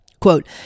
Quote